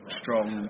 strong